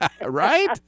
Right